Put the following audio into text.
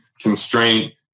constraint